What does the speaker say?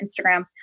Instagram